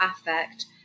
affect